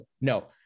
No